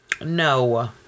No